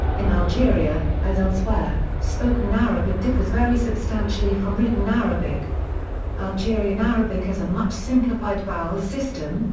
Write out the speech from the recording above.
in algeria, as elsewhere, spoken arabic differs very substantially from written arabic algerian arabic has a much-simplified vowel system,